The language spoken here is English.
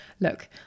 Look